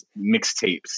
mixtapes